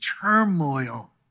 turmoil